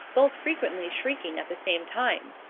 both frequently shrieking at the same time.